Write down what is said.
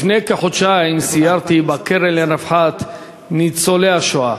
לפני כחודשיים סיירתי בקרן לרווחת ניצולי השואה.